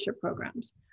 programs